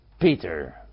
Peter